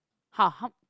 [huh] how